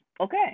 Okay